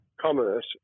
commerce